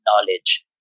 knowledge